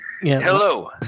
Hello